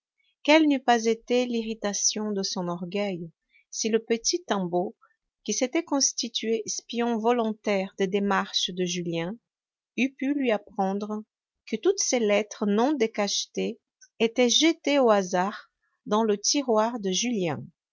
quelle n'eût pas été l'irritation de son orgueil si le petit tanbeau qui s'était constitué espion volontaire des démarches de julien eût pu lui apprendre que toutes ses lettres non décachetées étaient jetées au hasard dans le tiroir de julien